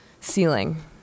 ceiling